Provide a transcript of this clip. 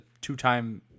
two-time